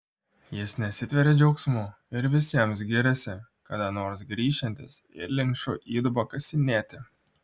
jis nesitveria džiaugsmu ir visiems giriasi kada nors grįšiantis į linčo įdubą kasinėti